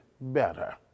better